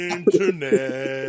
Internet